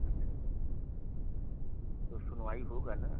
अच्छा तो सुनवाई होगा न